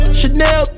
Chanel